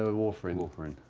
ah warfarin. warfarin.